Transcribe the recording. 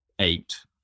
Eight